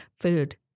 Food